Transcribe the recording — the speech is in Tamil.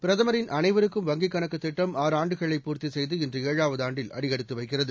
பிரதமின் அனைவருக்கும் வங்கிக் கணக்குத் திட்டம் ஆறு ஆண்டுகளை பூர்த்திசெய்து இன்றுஏழாவதுஆண்டில் அடியெடுத்துவைக்கிறது